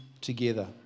together